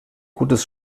gutes